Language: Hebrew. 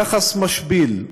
יחס משפיל,